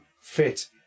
fit